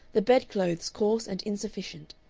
the bed-clothes coarse and insufficient,